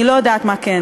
אני לא יודעת מה כן.